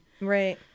Right